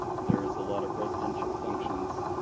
there's a lot of residential functions,